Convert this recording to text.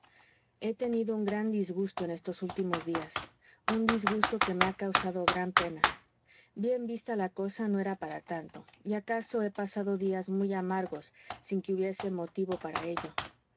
he tenido un gran disgusto en estos últimos días un disgusto que me ha causado gran pena bien vista la cosa no era para tanto y acaso he pasado días muy amargos sin que hubiese motivo para ello